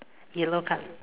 yellow color